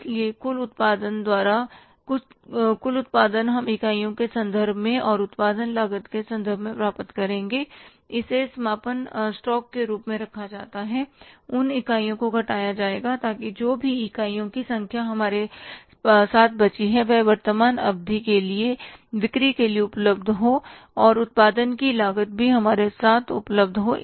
इसलिए कुल उत्पादन हम इकाइयों के संदर्भ में और उत्पादन लागत के संदर्भ में प्राप्त करेंगे इसे समापन स्टॉक के रूप में रखा जाता है उन इकाइयों को घटाया जाएगा ताकि जो भी इकाइयों की संख्या हमारे साथ बची है वह वर्तमान अवधि के लिए बिक्री के लिए उपलब्ध हो और उत्पादन की लागत भी हमारे साथ उपलब्ध है